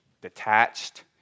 detached